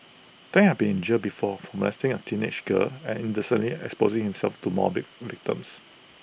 Tang had been in jail before for molesting A teenage girl and indecently exposing himself to more V victims